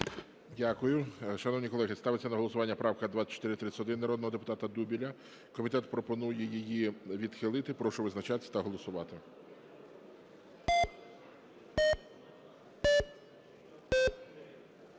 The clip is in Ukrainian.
Дякую. Шановні колеги, ставиться на голосування 2431 народного депутата Дубеля. Комітет пропонує її відхилити. Прошу визначатись та голосувати.